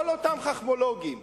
כל אותם חכמולוגים